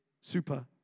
super